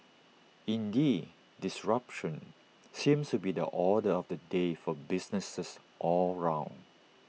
indeed disruption seems to be the order of the day for businesses all round